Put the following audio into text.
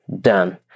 done